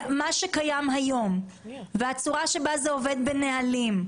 מה שקיים היום והצורה שבה זה עובד בנהלים,